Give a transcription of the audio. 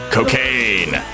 Cocaine